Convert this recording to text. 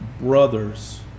brothers